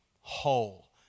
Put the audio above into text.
whole